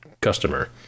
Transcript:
customer